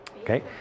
Okay